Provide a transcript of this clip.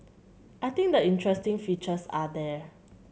I think the interesting features are there